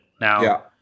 Now